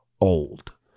old